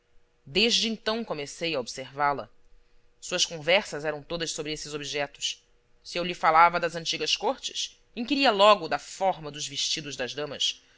desde então comecei a observá la suas conversas eram todas sobre esses objetos se eu lhe falava das antigas cortes inquiria logo da forma dos vestidos das damas